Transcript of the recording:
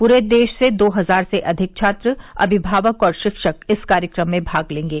पूरे देश से दो हजार से अधिक छात्र अमिभावक और शिक्षक इस कार्यक्रम में भाग लेंगे